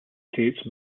states